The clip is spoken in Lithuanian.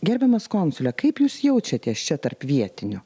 gerbiamas konsule kaip jūs jaučiatės čia tarp vietinių